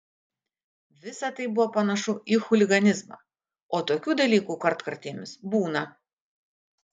visa tai buvo panašu į chuliganizmą o tokių dalykų kartkartėmis būna